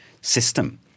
system